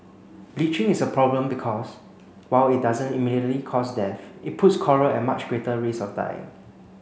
bleaching is a problem because while it doesn't immediately cause death it puts coral at much greater risk of dying